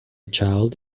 child